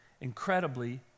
incredibly